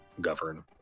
govern